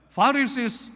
Pharisees